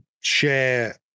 share